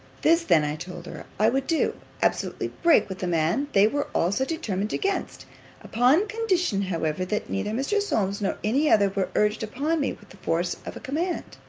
this then i told her i would do absolutely break with the man they were all so determined against upon condition, however, that neither mr. solmes, nor any other, were urged upon me with the force of a command.